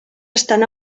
estan